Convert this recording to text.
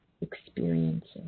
experiences